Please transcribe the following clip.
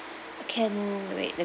can wait